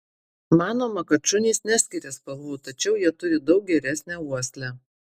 manoma kad šunys neskiria spalvų tačiau jie turi daug geresnę uoslę